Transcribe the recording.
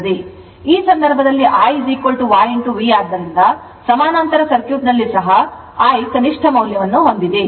ಈ ಸಂದರ್ಭದಲ್ಲಿ I YV ಆದ್ದರಿಂದ ಸಮಾನಾಂತರ ಸರ್ಕ್ಯೂಟ್ನಲ್ಲಿ I ಸಹ ಕನಿಷ್ಠ ಮೌಲ್ಯವನ್ನು ಹೊಂದಿದೆ